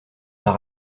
par